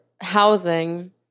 Housing